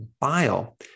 bile